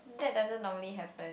that doesn't normally happen